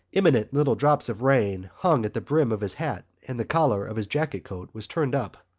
imminent little drops of rain hung at the brim of his hat and the collar of his jacket-coat was turned up.